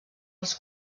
els